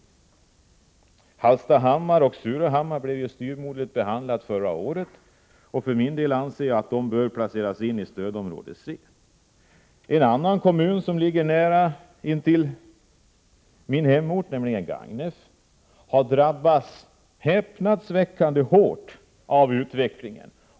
Hallstahammar och Surahammar blev styvmoderligt behandlade förra året. För min del anser jag att de bör placeras i stödområde C. En annan kommun som ligger nära min hemort, nämligen Gagnef, har drabbats häpnadsväckande hårt av utvecklingen.